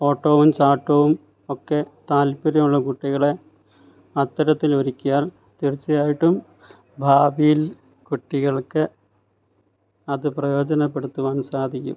ഓട്ടവും ചാട്ടവും ഒക്കെ താല്പര്യമുള്ള കുട്ടികളെ അത്തരത്തിലൊരുക്കിയാൽ തീർച്ചയായിട്ടും ഭാവിയിൽ കുട്ടികൾക്ക് അത് പ്രയോജനപ്പെടുത്തുവാൻ സാധിക്കും